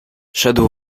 szedł